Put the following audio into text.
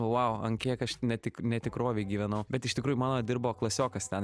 vau ant kiek aš ne tik ne tikrovėj gyvenau bet iš tikrųjų mano dirbo klasiokas ten